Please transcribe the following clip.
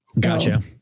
Gotcha